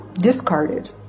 discarded